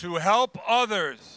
to help others